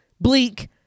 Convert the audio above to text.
bleak